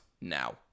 now